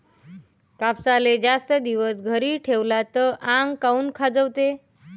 कापसाले जास्त दिवस घरी ठेवला त आंग काऊन खाजवते?